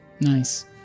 Nice